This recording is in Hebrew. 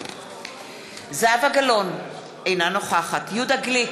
זהבה גלאון, אינה נוכחת יהודה גליק,